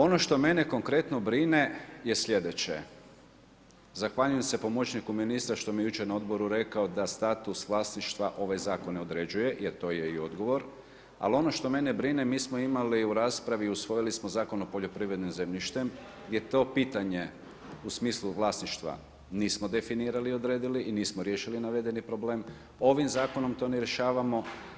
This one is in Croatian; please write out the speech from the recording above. Ono što mene konkretno brine je sljedeće, zahvaljujem se pomoćniku ministra što mi jučer na odboru rekao da status vlasništva ove zakone određuje jer to je i odgovor, ali ono što mene brine mi smo imali u raspravi, usvojili smo Zakon o poljoprivrednim zemljištem gdje to pitanje u smislu vlasništva nismo definirali i odredili i nismo riješili navedeni problem, ovim zakonom to ne rješavamo.